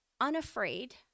unafraid